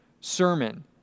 sermon